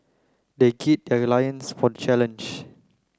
they gird their lions for the challenge